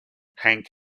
hank